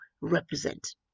represent